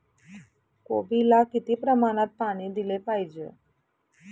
कोबीला किती प्रमाणात पाणी दिले पाहिजे?